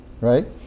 right